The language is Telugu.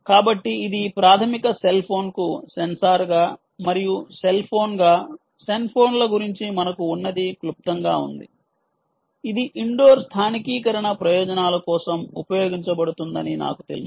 కాబట్టి ఇది ప్రాథమిక సెల్ ఫోన్కు సెన్సార్గా మరియు సెల్ ఫోన్గా సెల్ ఫోన్ల గురించి మనకు ఉన్నది క్లుప్తంగా ఉంది ఇది ఇండోర్ స్థానికీకరణ ప్రయోజనాల కోసం ఉపయోగించబడుతుందని నాకు తెలుసు